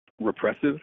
repressive